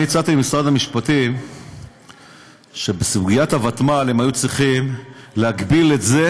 אני הצעתי למשרד המשפטים שבסוגיית הוותמ"ל הם היו צריכים להגביל את זה,